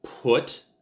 put